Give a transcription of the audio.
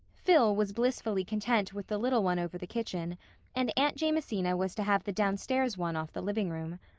phil was blissfully content with the little one over the kitchen and aunt jamesina was to have the downstairs one off the living-room.